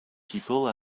people